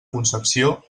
concepció